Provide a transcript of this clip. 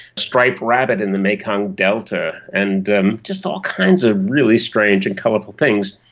striped rabbit in the mekong delta, and just all kinds of really strange and colourful things.